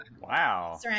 Wow